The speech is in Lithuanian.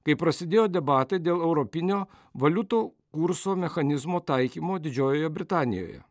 kai prasidėjo debatai dėl europinio valiutų kurso mechanizmo taikymo didžiojoje britanijoje